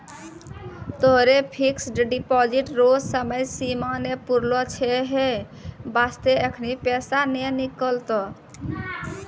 तोहरो fixed deposit रो समय सीमा नै पुरलो छौं है बास्ते एखनी पैसा नै निकलतौं